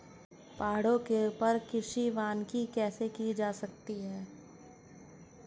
पहाड़ों के ऊपर कृषि वानिकी कैसे की जा सकती है